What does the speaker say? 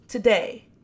Today